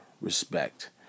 respect